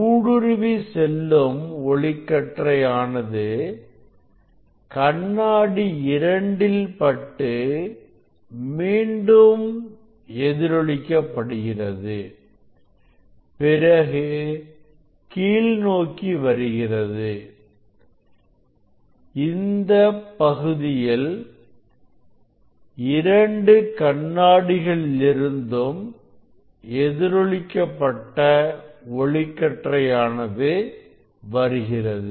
ஊடுருவி வெல்லும் ஒளிக்கற்றை ஆனது கண்ணாடி இரண்டில் பட்டு மீண்டும் எதிரொலிக்க படுகிறது பிறகு கீழ்நோக்கி வருகிறதுஇந்த இப்பகுதியில் இரண்டு கண்ணாடி களிலிருந்தும் எதிரொலி க்கப்பட்ட ஒளிக்கற்றை ஆனது வருகிறது